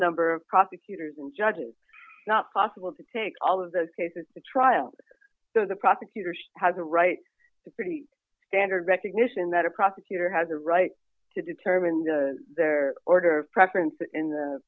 number of prosecutors and judges not possible to take all of those cases to trial so the prosecutors have a right to pretty standard recognition that a prosecutor has a right to determine the their order of preference in the